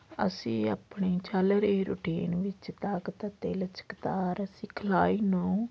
ਅਸੀਂ ਆਪਣੇ ਚੱਲ ਰਹੇ ਰੁਟੀਨ ਵਿੱਚ ਤਾਕਤ ਅਤੇ ਲਚਕਦਾਰ ਸਿਖਲਾਈ ਨੂੰ